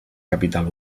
capital